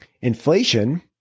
Inflation